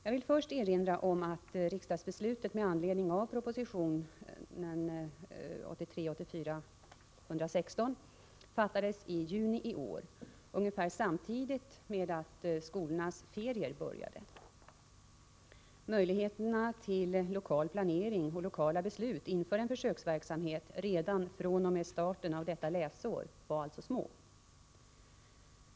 Jag vill först erinra om att riksdagsbeslutet med anledning av proposition 1983/84:116 fattades i juni i år, ungefär samtidigt med att skolornas ferier började. Möjligheterna till lokal planering och lokala beslut inför en försöksverksamhet redan fr.o.m. starten av detta läsår var alltså små.